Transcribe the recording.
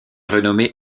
renommée